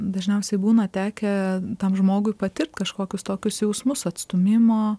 dažniausiai būna tekę tam žmogui patirt kažkokius tokius jausmus atstūmimo